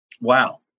Wow